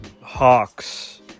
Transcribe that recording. Hawks